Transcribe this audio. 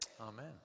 Amen